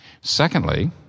Secondly